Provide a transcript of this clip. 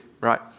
right